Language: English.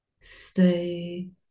stay